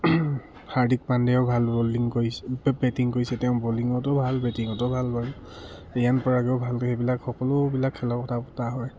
হাৰ্দিক পাণ্ডিয়াও ভাল বলিং কৰিছে বেটিং কৰিছে তেওঁ বলিঙতো ভাল বেটিঙতো ভাল বাৰু ৰিয়ান পৰাগেও ভাল সেইবিলাক সকলোবিলাক খেলৰ কথা পতা হয়